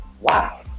Wow